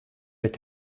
mit